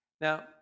Now